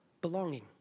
Belonging